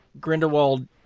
Grindelwald